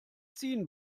ziehen